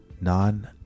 non